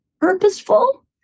purposeful